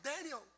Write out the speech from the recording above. Daniel